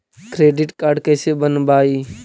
Credit card कैसे बनवाई?